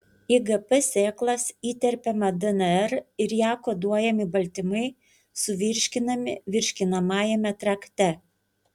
į gp sėklas įterpiama dnr ir ja koduojami baltymai suvirškinami virškinamajame trakte